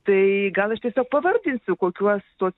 tai gal aš tiesiog pavardinsiu kokiuos tuos